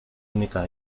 única